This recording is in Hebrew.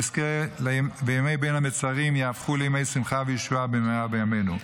נזכה וימי בין המצרים יהפכו לימי שמחה וישועה במהרה בימינו.